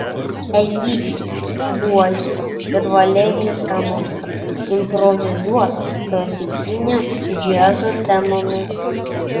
egidijus buožis ir valerijus ramoška improvizuos klasikinio džiazo temomis